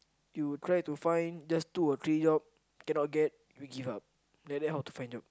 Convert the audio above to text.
you try to find just two or three job cannot get you give up like that how to find job